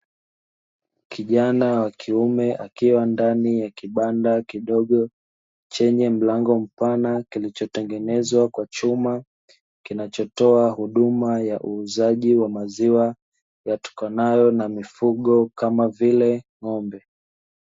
Kijana wa kiume akiwa ndani ya kibanda kidogo chenye mlango mpana kilichotengenezwa kwa chuma, kinachotoa huduma ya uuzaji wa maziwa yatokanayo na mifugo kama vile ng'ombe.